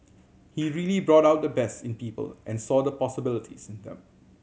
he really brought out the best in people and saw the possibilities in them